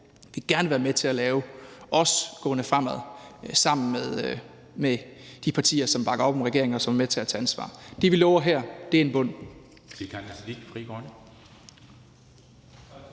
vil vi gerne være med til at lave også fremadrettet sammen med de partier, som bakker op om regeringen, og som vil være med til at tage ansvar. Det, vi lover her, er en bund.